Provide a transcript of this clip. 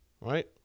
Right